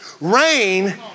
Rain